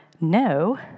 no